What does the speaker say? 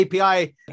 API